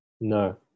No